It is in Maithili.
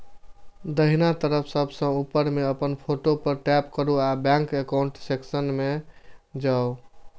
दाहिना तरफ सबसं ऊपर मे अपन फोटो पर टैप करू आ बैंक एकाउंट सेक्शन मे जाउ